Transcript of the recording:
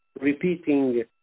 repeating